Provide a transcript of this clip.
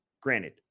granted